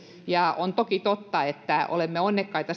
on toki totta että olemme onnekkaita